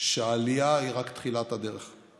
שהעלייה היא רק תחילת הדרך.